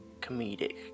comedic